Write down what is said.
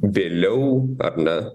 vėliau ar ne